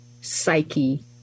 psyche